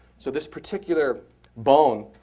so this particular bone,